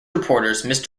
reporters